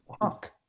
walk